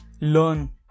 learn